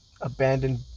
abandoned